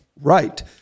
Right